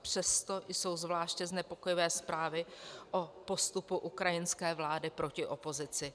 Přesto jsou zvláště znepokojivé zprávy o postupu ukrajinské vlády proti opozici.